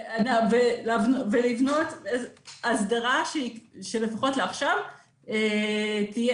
פרמדיקים שבין הטיפולים שלהם גם נטלו דמים,